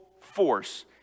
force